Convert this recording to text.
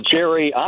Jerry